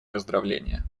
поздравления